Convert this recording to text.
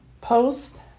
post